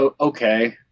okay